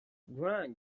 grand